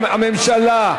הממשלה,